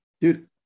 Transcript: dude